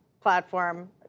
platform